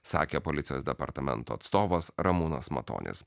sakė policijos departamento atstovas ramūnas matonis